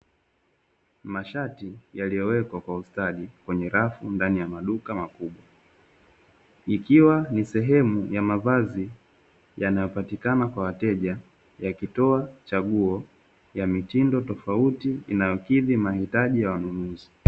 Mashati yaliyowekwa kwa ustadi kwenye rafu ndani ya maduka makubwa, ikiwa ni sehemu ya mavazi yanapatikana kwa wateja yakitoa chaguo ya mitindo tofauti inayokidhi mahitaji ya wanunuzi.